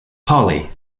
polly